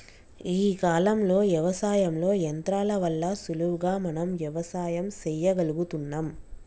గీ కాలంలో యవసాయంలో యంత్రాల వల్ల సులువుగా మనం వ్యవసాయం సెయ్యగలుగుతున్నం